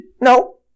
No